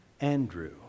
Andrew